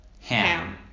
ham